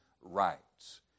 rights